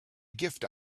gift